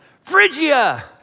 Phrygia